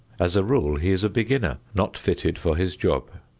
as a rule he is a beginner not fitted for his job.